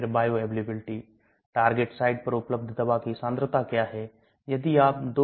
पूरे GI tract में अम्लीय और क्षारीय दवाओं की अलग अलग घुलनशीलता है